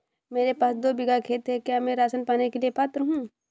मेरे पास दो बीघा खेत है क्या मैं राशन पाने के लिए पात्र हूँ?